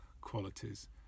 qualities